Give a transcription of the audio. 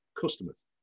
customers